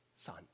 son